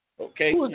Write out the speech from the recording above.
Okay